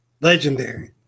Legendary